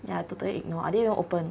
ya totally ignore I didn't even open